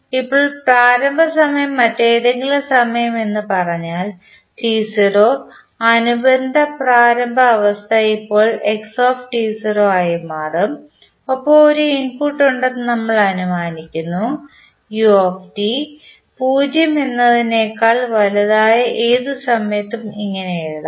ഇപ്പോൾ പ്രാരംഭ സമയം മറ്റേതെങ്കിലും സമയം എന്ന് പറഞ്ഞാൽ t0 അനുബന്ധ പ്രാരംഭ അവസ്ഥ ഇപ്പോൾ x ആയി മാറും ഒപ്പം ഒരു ഇൻപുട്ട് ഉണ്ടെന്ന് നമ്മൾ അനുമാനിക്കുന്നു 0 എന്നതിനേക്കാൾ വലുതായ ഏത് സമയത്തും ഇങ്ങനെ എഴുതാം